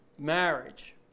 Marriage